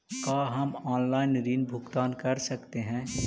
का हम आनलाइन ऋण भुगतान कर सकते हैं?